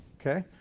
okay